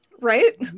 right